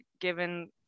given